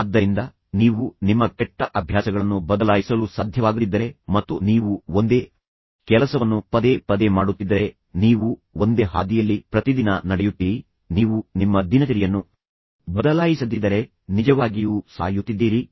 ಆದ್ದರಿಂದ ನೀವು ನಿಮ್ಮ ಕೆಟ್ಟ ಅಭ್ಯಾಸಗಳನ್ನು ಬದಲಾಯಿಸಲು ಸಾಧ್ಯವಾಗದಿದ್ದರೆ ನೀವು ಗುಲಾಮರಾಗುತ್ತೀರಿ ಮತ್ತು ನೀವು ಒಂದೇ ಕೆಲಸವನ್ನು ಪದೇ ಪದೇ ಮಾಡುತ್ತಿದ್ದರೆ ನೀವು ಒಂದೇ ಹಾದಿಯಲ್ಲಿ ಪ್ರತಿದಿನ ನಡೆಯುತ್ತೀರಿ ನೀವು ನಿಮ್ಮ ದಿನಚರಿಯನ್ನು ಬದಲಾಯಿಸದಿದ್ದರೆ ನೀವು ನಿಜವಾಗಿಯೂ ಸಾಯುತ್ತಿದ್ದೀರಿ